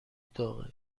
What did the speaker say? داغه